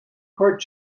court